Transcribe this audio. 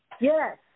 Yes